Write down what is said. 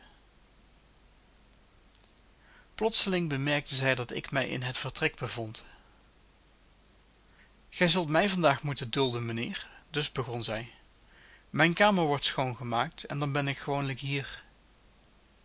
plotseling bemerkte zij dat ik mij in het vertrek bevond gij zult mij vandaag moeten dulden mijnheer dus begon zij mijn kamer wordt schoongemaakt en dan ben ik gewoonlijk hier